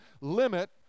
limit